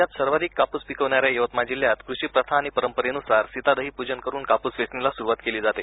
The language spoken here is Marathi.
राज्यात सर्वाधिक कापूस पिकवणाऱ्या यवतमाळ जिल्ह्यात कृषी प्रथा आणि परंपरेनुसार सितादही पूजन करून कापूस वेचणीला सुरुवात केली जाते